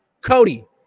Cody